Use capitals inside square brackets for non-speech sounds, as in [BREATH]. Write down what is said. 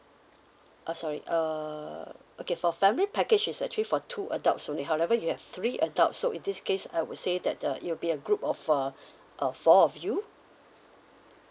uh sorry err okay for family package is actually for two adults only however you have three adults so in this case I would say that uh it'll be a group of uh [BREATH] uh four of you